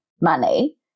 money